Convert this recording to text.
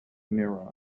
neurons